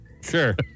Sure